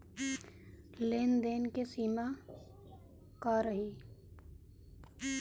लेन देन के सिमा का रही?